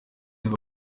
bari